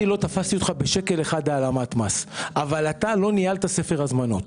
לא תפסתי אותך בשקל אחד של העלמת מס אבל אתה לא ניהלת ספר הזמנות,